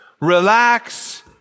Relax